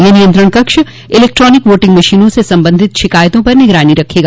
यह नियंत्रण कक्ष इलेक्ट्रॉनिक वोटिंग मशीनों से संबंधित शिकायतों पर निगरानी रखेगा